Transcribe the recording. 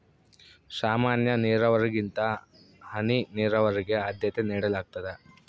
ಸಾಮಾನ್ಯ ನೇರಾವರಿಗಿಂತ ಹನಿ ನೇರಾವರಿಗೆ ಆದ್ಯತೆ ನೇಡಲಾಗ್ತದ